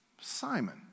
Simon